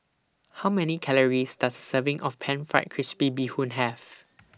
How Many Calories Does A Serving of Pan Fried Crispy Bee Hoon Have